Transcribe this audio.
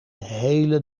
hele